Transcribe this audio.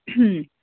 હમ્મ